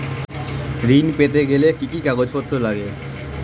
ঋণ পেতে গেলে কি কি কাগজপত্র লাগে?